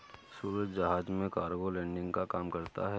सूरज जहाज में cargo loading का काम करता है